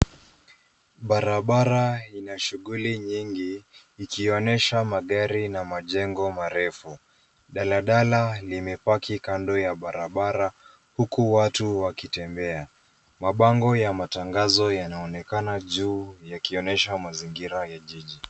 Barabara ina shughuli nyingi, ikionyesha magari na majengo marefu. Daladala limepaki kando ya barabara huku watu wakitembea. Mabango ya matangazo yanaonekana juu yakionyesha mazingira ya jiji.